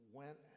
went